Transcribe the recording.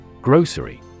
Grocery